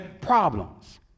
problems